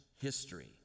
history